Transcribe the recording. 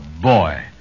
boy